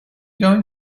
going